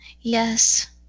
Yes